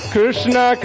Krishna